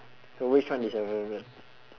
so which one is your favourite